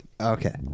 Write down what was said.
Okay